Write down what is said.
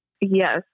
Yes